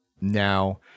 Now